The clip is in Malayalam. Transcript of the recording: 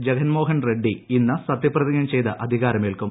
ജഗൻമോഹൻ റെഡ്ഡി ഇന്ന് സത്യപ്രതിജ്ഞ ചെയ്ത് അധികാരമേൽക്കും